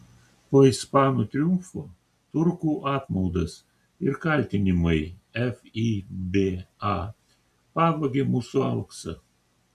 po ispanų triumfo turkų apmaudas ir kaltinimai fiba pavogė mūsų auksą